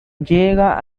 llega